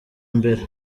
mbere